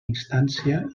instància